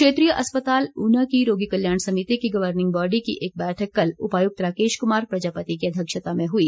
क्षेत्रीय अस्पताल ऊना की रोगी कल्याण समिति की गर्वर्निंग बॉडी की एक बैठक कल उपायुक्त राकेश कुमार प्रजापति की अध्यक्षता में हुई